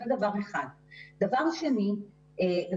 דרך אגב,